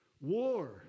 war